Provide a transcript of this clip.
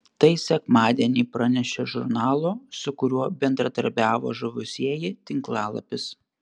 tai sekmadienį pranešė žurnalo su kuriuo bendradarbiavo žuvusieji tinklalapis